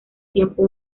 tiempo